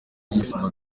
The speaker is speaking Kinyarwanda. y’ubuzima